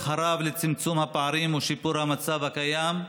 הרב לצמצום הפערים ושיפור המצב הקיים,